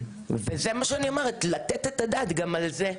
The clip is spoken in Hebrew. וזה מה שאני אומרת, לתת את הדעת גם על זה.